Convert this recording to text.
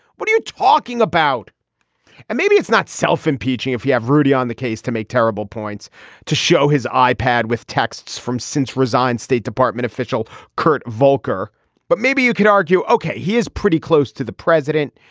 what are you talking about and maybe it's not self impeaching if you have rudy on the case to make terrible points to show his i pad with texts from since resigned state department official kurt volker but maybe you can argue ok he is pretty close to the president.